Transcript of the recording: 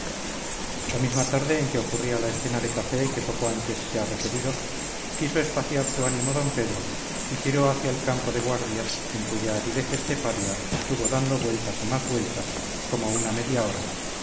la misma tarde en que ocurría la escena de café que poco antes se ha referido quiso espaciar su ánimo don pedro y tiró hacia el campo de guardias en cuya aridez esteparia estuvo dando vueltas y más vueltas como una media hora